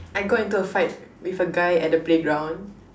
I got into a fight with a guy at the playground